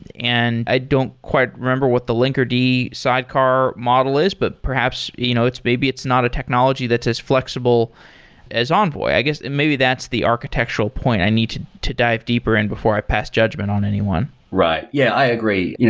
and i don't quite remember what the linkerd sidecar model is, but perhaps you know maybe it's not a technology that's as flexible as envoy. i guess, and maybe that's the architectural point i need to to dive deeper in before i pass judgment on anyone right. yeah, i agree. yeah